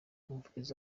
umuvugizi